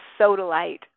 sodalite